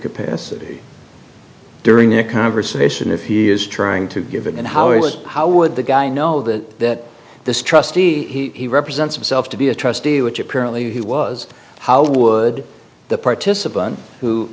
capacity during their conversation if he is trying to give it and how it was how would the guy know that this trustee he represents himself to be a trustee which apparently he was how would the participant who